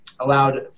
allowed